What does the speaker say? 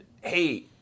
hey